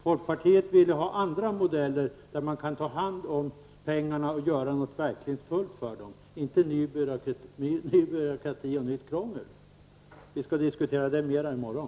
Folkpartiet ville ha andra modeller, där man kunde ta hand om pengarna och göra någonting verkligt fullt för dem, inte ny byråkrati och nytt krångel. Vi skall diskutera detta mera i morgon.